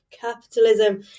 capitalism